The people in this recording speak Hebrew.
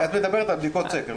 את מדברת על בדיקות סקר.